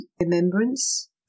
remembrance